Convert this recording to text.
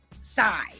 side